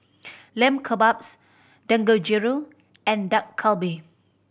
Lamb Kebabs Dangojiru and Dak Galbi